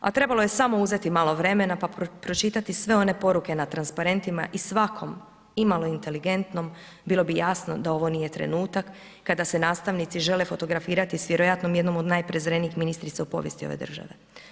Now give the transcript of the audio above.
A trebalo je samo uzeti malo vremena pa pročitati sve one poruke na transparentima i svakom imalo inteligentnom bilo bi jasno da ovo nije trenutak kada se nastavnici žele fotografirati s vjerojatno jednom od najprezrenijih ministrica u povijesti ove države.